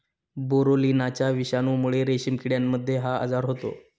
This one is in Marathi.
बोरोलिनाच्या विषाणूमुळे रेशीम किड्यांमध्ये हा आजार होतो